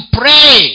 pray